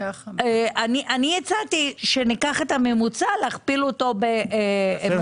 אני הצעתי שניקח את הממוצע ונכפיל אותו ב-12.